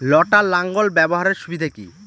লটার লাঙ্গল ব্যবহারের সুবিধা কি?